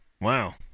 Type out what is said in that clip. Wow